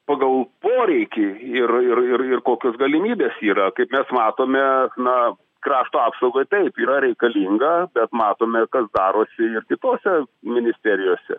pagal poreikį ir ir ir ir kokios galimybės yra kaip mes matome na krašto apsaugai taip yra reikalinga bet matome kas darosi kitose ministerijose